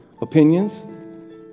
opinions